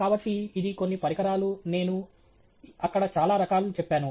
కాబట్టి ఇది కొన్ని పరికరాలు నేను అక్కడ చాలా రకాలు చెప్పాను